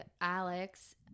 Alex